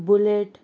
bullet